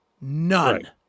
none